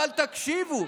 אבל תקשיבו.